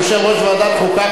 יושב-ראש ועדת חוקה,